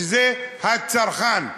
שזה הצרכן.